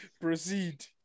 proceed